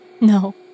No